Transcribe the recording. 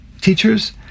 teachers